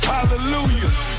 Hallelujah